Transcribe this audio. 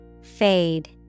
Fade